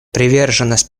приверженность